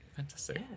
Fantastic